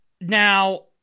Now